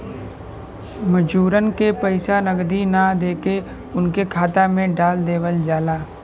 मजूरन के पइसा नगदी ना देके उनके खाता में डाल देवल जाला